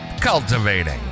cultivating